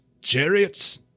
chariots